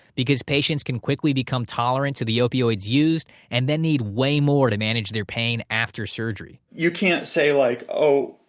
because patients can quickly become tolerant to the opioids used, and then need way more to manage their pain after surgery you can't say like, oh,